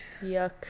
Yuck